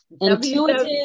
Intuitive